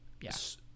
yes